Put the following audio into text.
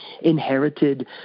inherited